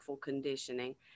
conditioning